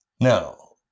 Now